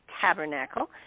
tabernacle